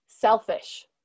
selfish